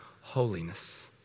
holiness